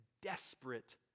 desperate